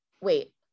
Wait